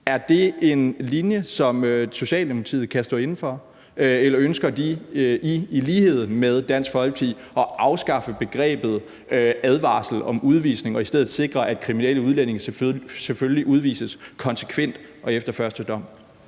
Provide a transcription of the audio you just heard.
Er det en linje, som Socialdemokratiet kan stå inde for, eller ønsker I i lighed med Dansk Folkeparti at afskaffe begrebet advarsel om udvisning og i stedet sikre, at kriminelle udlændinge selvfølgelig udvises konsekvent og efter første dom?